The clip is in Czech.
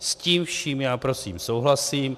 S tím vším já prosím souhlasím.